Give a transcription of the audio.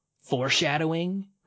foreshadowing